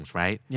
right